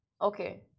okay